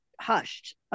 hushed